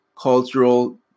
cultural